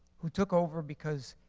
who took over because,